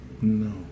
No